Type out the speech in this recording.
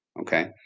okay